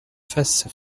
fasse